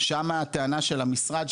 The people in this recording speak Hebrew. שמה הטענה של המשרד,